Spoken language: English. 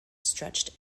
stretched